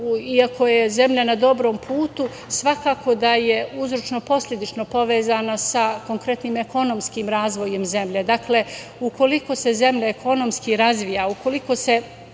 iako je zemlja na dobrom putu, svakako je uzročno-posledično povezana sa konkretnim ekonomskim razvojem zemlje. Dakle, ukoliko se zemlja ekonomski razvija, ukoliko se